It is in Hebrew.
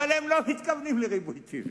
אבל הם לא מתכוונים לריבוי טבעי.